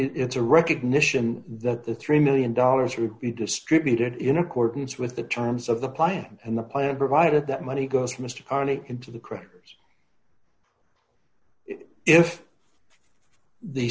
it's a recognition that the three million dollars would be distributed in accordance with the terms of the plan and the plan provided that money goes mister carney into the creditors if the